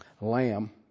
Lamb